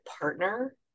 partner